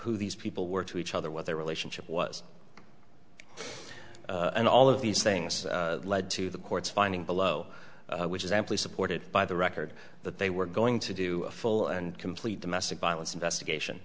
who these people were to each other what their relationship was and all of these things led to the court's finding below which is amply supported by the record that they were going to do a full and complete domestic violence investigation